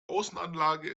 außenanlage